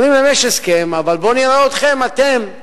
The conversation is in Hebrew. אומרים להן: יש הסכם, אבל בואו נראה אתכן, אתן,